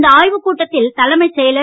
இந்த ஆய்வுக் கூட்டத்தில் தலைமைச் செயலர்